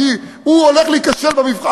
שהולך להיכשל במבחן,